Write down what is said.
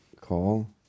call